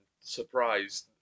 surprised